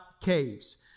caves